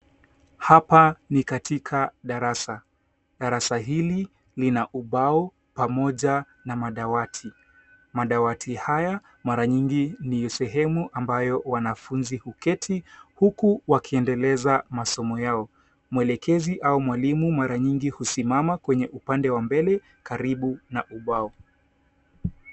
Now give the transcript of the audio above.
Hapa ni katika darasa. Darasa hili lina ubao pamoja na madawati. Madawati haya mara nyingi ni sehemu ambayo wanafunzi huketi huku wakiendeleza masomo yao. Mwelekezi au mwalimu mara nyingi husimama kwenye upande wa mbele karibu na ubao.